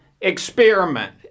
experiment